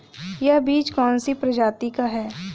यह बीज कौन सी प्रजाति का है?